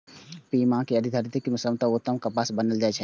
पीमा कें एहि धरतीक सबसं उत्तम कपास मानल जाइ छै